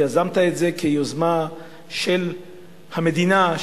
שיזמת את זה כיוזמה של המדינה,